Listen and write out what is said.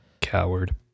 Coward